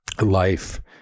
life